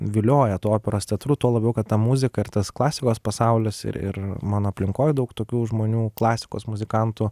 vilioja tuo operos teatru tuo labiau kad ta muzika ir tas klasikos pasaulis ir ir mano aplinkoj daug tokių žmonių klasikos muzikantų